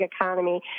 economy